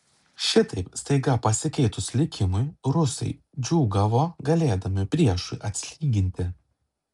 šitaip staiga pasikeitus likimui rusai džiūgavo galėdami priešui atsilyginti